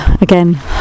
again